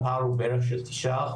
הפער הוא בערך של 9%,